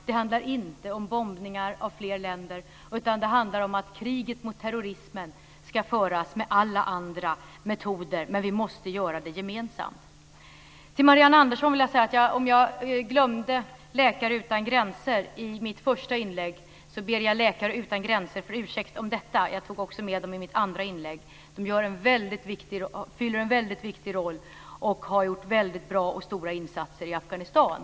Det handlar inte om bombningar av fler länder, utan det handlar om att kriget mot terrorismen ska föras med alla andra metoder, men vi måste föra det gemensamt. Till Marianne Andersson vill jag säga att om jag glömde att nämna Läkare utan gränser i mitt första inlägg ber jag om ursäkt för det. Jag nämnde Läkare utan gränser i mitt andra inlägg. Man fyller en väldigt viktig funktion, och man har gjort väldigt goda och stora insatser i Afghanistan.